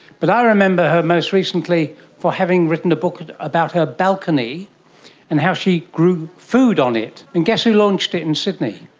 but i remember her most recently for having written a book about her balcony and how she grew food on it. and guess who launched it in sydney?